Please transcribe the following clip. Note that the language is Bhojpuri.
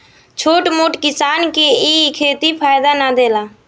छोट मोट किसान के इ खेती फायदा ना देला